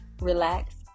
relax